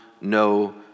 no